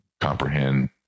comprehend